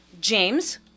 James